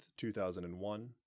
2001